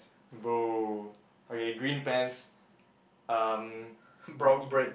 brown bread